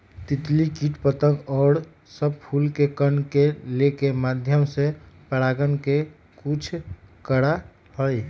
तितली कीट पतंग और सब फूल के कण के लेके माध्यम से परागण के कुछ करा हई